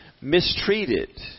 mistreated